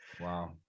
Wow